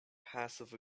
passive